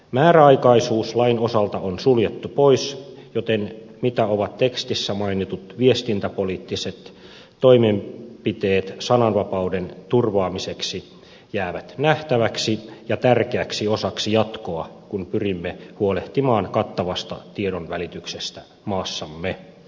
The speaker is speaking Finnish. määräaikaisuus lain osalta on suljettu pois joten se mitä ovat tekstissä mainitut viestintäpoliittiset toimenpiteet sananvapauden turvaamiseksi jää nähtäväksi ja tärkeäksi osaksi jatkoa kun pyrimme huolehtimaan kattavasta tiedonvälityksestä maassamme